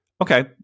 okay